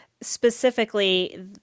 Specifically